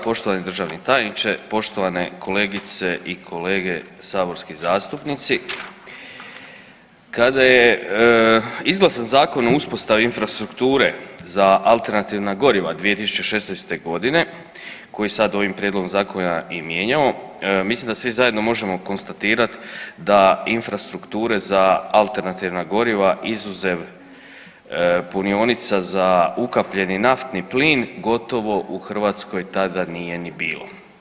Poštovani državni tajniče, poštovane kolegice i kolege saborski zastupnici, kada je izglasan Zakon o uspostavi infrastrukture za alternativna goriva 2016. godine koji sad ovim prijedlogom zakona i mijenjamo mislim da svi zajedno možemo konstatirati da infrastrukture za alternativna goriva izuzev punionica za ukapljeni naftni plin gotovo u Hrvatskoj tada nije ni bilo.